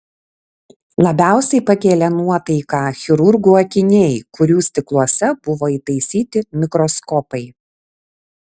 labiausiai pakėlė nuotaiką chirurgų akiniai kurių stikluose buvo įtaisyti mikroskopai